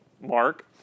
Mark